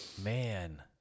Man